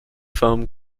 foam